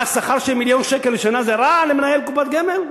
מה, שכר של מיליון שקל לשנה זה רע למנהל קופת גמל?